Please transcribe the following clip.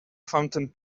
fountain